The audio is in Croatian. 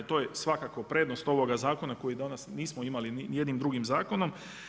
To je svakako prednost ovog zakona koji donosi, nismo imali ni jednim drugim zakonom.